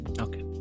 Okay